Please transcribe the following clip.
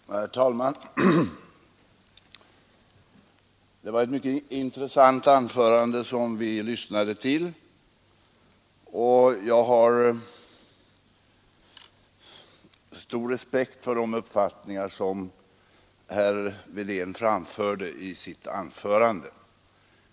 Herr talman! Det var ett mycket intressant anförande vi just lyssnade till. Jag har stor respekt för de uppfattningar herr Wedén framförde i sitt anförande.